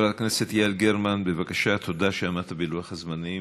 תודה שעמדת בלוח הזמנים.